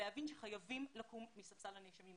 להבין שחייבים לקום מספסל הנאשמים.